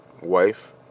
wife